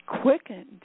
quickened